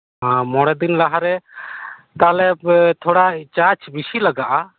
ᱢᱚᱬᱮ ᱫᱤᱱ ᱞᱟᱦᱟᱨᱮ ᱛᱟᱦᱚᱞᱮ ᱛᱷᱚᱲᱟ ᱪᱟᱨᱡᱽ ᱵᱮᱥᱤ ᱞᱟᱜᱟᱜᱼᱟ